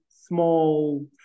small